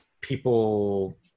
people